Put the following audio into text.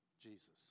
Jesus